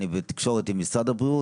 אני בתקשורת עם משרד הבריאות,